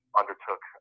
undertook